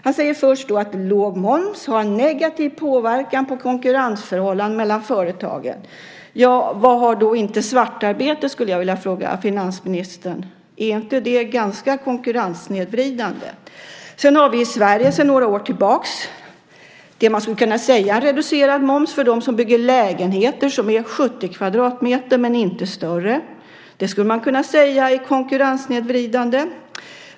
Han säger först att låg moms har en negativ påverkan på konkurrensförhållandena mellan företag. Vad har då inte svartarbete? skulle jag vilja fråga finansministern. Är inte det ganska konkurrenssnedvridande? I Sverige har vi sedan några år tillbaka det som man skulle kunna säga är reducerad moms för dem som bygger lägenheter som är 70 kvadratmeter men inte större. Det skulle man kunna säga är konkurrenssnedvridande.